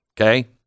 okay